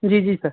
जी जी सर